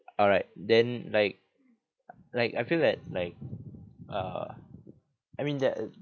alright then like like I feel that like uh I mean that